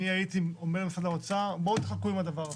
אני הייתי אומר למשרד האוצר בואו תחכו עם הדבר הזה.